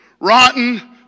rotten